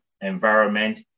environment